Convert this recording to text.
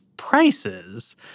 prices